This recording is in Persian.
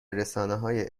رسانههای